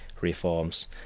reforms